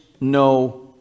no